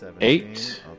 eight